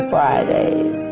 Fridays